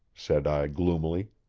said i gloomily.